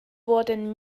wurden